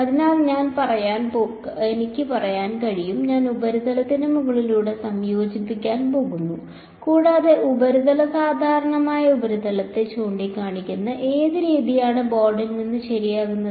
അതിനാൽ എനിക്ക് പറയാൻ കഴിയും ഞാൻ ഉപരിതലത്തിന് മുകളിലൂടെ സംയോജിപ്പിക്കാൻ പോകുന്നു കൂടാതെ ഉപരിതല സാധാരണമായ ഉപരിതലത്തെ ചൂണ്ടിക്കാണിക്കുന്ന ഏത് രീതിയാണ് ബോർഡിൽ നിന്ന് ശരിയാകുന്നത്